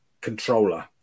controller